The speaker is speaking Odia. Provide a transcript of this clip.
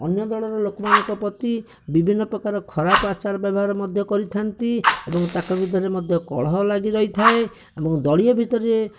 ଅନ୍ୟ ଦଳର ଲୋକମାନଙ୍କ ପ୍ରତି ବିଭିନ୍ନ ପ୍ରକାର ଖରାପ ଆଚାର ବ୍ୟବହାର ମଧ୍ୟ କରିଥାନ୍ତି ଏବଂ ତାଙ୍କ ଭିତରେ ମଧ୍ୟ କଳହ ଲାଗି ରହିଥାଏ ଏବଂ ଦଳୀୟ ଭିତରେ